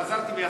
חזרתי מהשר,